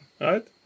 right